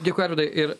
dėkui arvydai ir